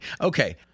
Okay